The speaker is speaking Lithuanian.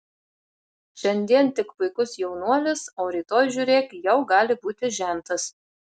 šiandien tik puikus jaunuolis o rytoj žiūrėk jau gali būti žentas